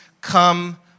come